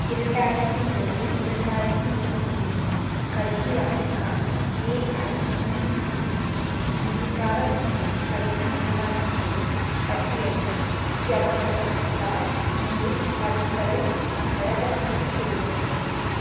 இரண்டாயிரத்து இருபது இரண்டாயிரத்து இருபத்தி ஒன்று கல்வி ஆண்டுக்கான ஏஐசிடிஇ அங்கீகாரமுள்ள கல்வி நிறுவனங்களில் பட்டியலில் ஜவஹர்லால் நேரு பல்கலைக்கழகத்தைத் தேடவும்